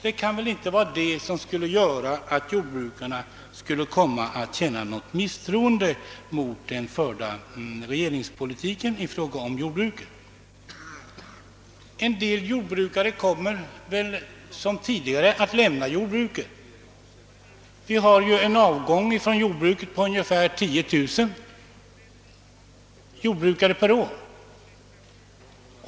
Detta kan väl ändå inte få jordbrukarna att känna något misstroende mot den av regeringen förda jordbrukspolitiken. En del jordbrukare kommer väl att — vilket varit fallet även tidigare — lämna jordbruket. Avgången från jordbruket är ungefär 10000 jordbrukare per år.